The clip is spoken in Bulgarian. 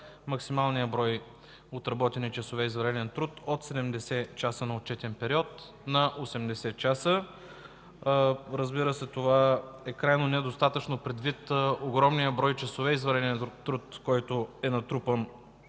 максималния брой отработени часове извънреден труд от 70 часа на отчетен период на 80 часа. Разбира се, това е крайно недостатъчно предвид огромния брой часове извънреден труд, който е натрупан